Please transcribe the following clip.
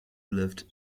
left